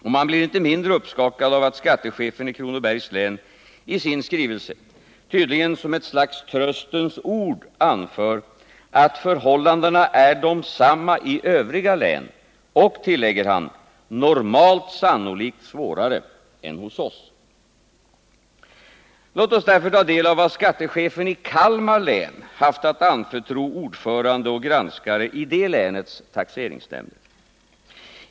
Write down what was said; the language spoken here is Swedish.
Och man blir inte mindre uppskakad av att skattechefen i Kronobergs län i sin skrivelse, tydligen som ett slags tröstens ord, anför att förhållandena är desamma i övriga län och, tillägger han, ”normalt sannolikt svårare än hos OSS”. Låt oss därför ta del av vad skattechefen i Kalmar län har haft att anförtro ordförande och granskare i det länets taxeringsnämnder.